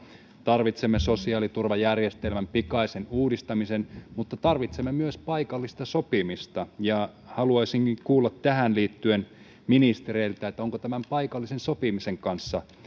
tarvitsemme sosiaaliturvajärjestelmän pikaisen uudistamisen mutta tarvitsemme myös paikallista sopimista ja haluaisinkin kuulla tähän liittyen ministereiltä onko tämän paikallisen sopimisen kanssa